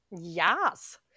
yes